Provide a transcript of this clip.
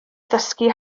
ddysgu